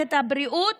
במערכת הבריאות,